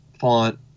font